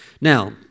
Now